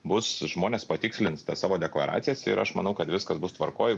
bus žmonės patikslins tas savo deklaracijas ir aš manau kad viskas bus tvarkoj